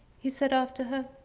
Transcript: he said after her.